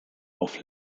auf